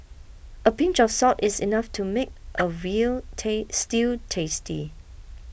a pinch of salt is enough to make a veal stew tasty